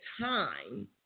time